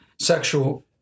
sexual